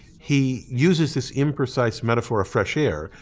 he uses this imprecise metaphor of fresh air,